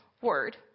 word